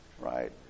right